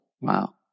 Wow